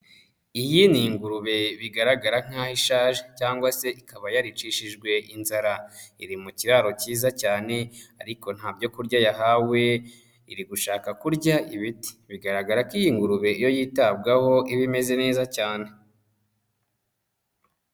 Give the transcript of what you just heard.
Iyi ni ingurube bigaragara nk'aho ishaje cyangwa se ikaba yaricishijwe inzara. Iri mu kiraro cyiza cyane ariko ntabyo kurya yahawe, iri gushaka kurya ibiti, bigaragara ko iyi ngurube iyo yitabwaho iba imeze neza cyane.